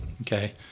Okay